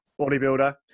bodybuilder